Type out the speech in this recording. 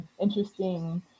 interesting